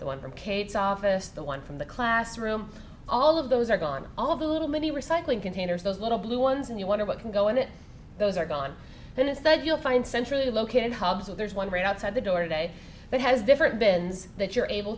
the one from kate's office the one from the classroom all of those are gone all of the little mini recycling containers those little blue ones and you wonder what can go in and those are gone and it's that you'll find centrally located hubs and there's one right outside the door today that has different bins that you're able